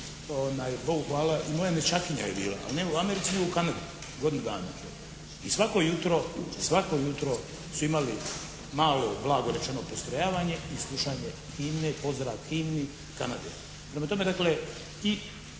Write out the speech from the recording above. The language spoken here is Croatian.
Bogu hvala i moja nećakinja je bila ali ne u Americi nego u Kanadi godinu dana. I svako jutro, svako jutro su imali malo blago rečeno postrojavanje i slušanje himne i pozdrav himni Kanade. Prema tome dakle i